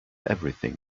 everything